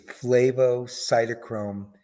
flavocytochrome